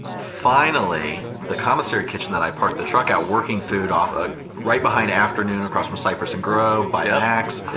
finally, the commissary kitchen that i parked the truck at working food off ah right behind afternoon across from cypress and grove by ah max,